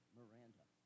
Miranda